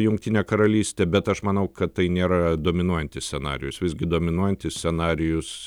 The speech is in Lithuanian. jungtinė karalystė bet aš manau kad tai nėra dominuojantis scenarijus visgi dominuojantis scenarijus